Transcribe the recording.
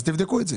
אז תבדקו את זה.